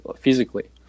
physically